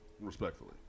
respectfully